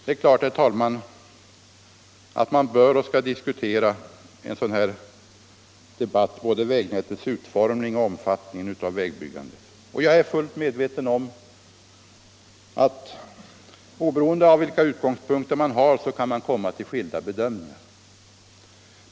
Det är klart, herr talman, att vi bör diskutera i en sådan här debatt både frågan om vägnätets utformning och frågan om omfattningen av vägbyggandet. Jag är också fullt medveten om att oberoende av vilka utgångspunkter man har kan man komma till skilda bedömningar.